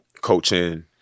coaching